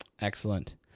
excellent